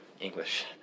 English